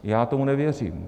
Já tomu nevěřím.